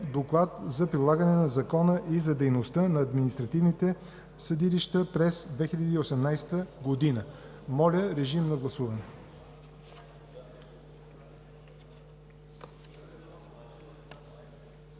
Доклад за прилагането на закона и за дейността на административните съдилища през 2018 г.“ Моля, режим на гласуване.